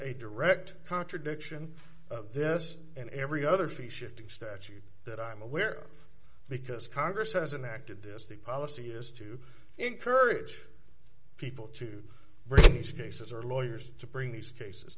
a direct contradiction of this and every other fee shifting statute that i'm aware because congress hasn't acted this the policy is to encourage people to bring these cases or lawyers to bring these cases